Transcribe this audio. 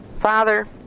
father